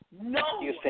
No